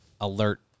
alert